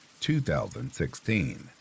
2016